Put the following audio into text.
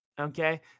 okay